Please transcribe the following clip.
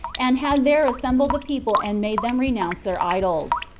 and had there assembled the people and made them renounce their idols.